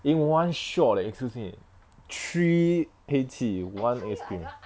in one shot leh excuse me three !hey! tea one ice cream